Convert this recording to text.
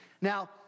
Now